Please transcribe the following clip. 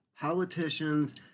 politicians